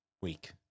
week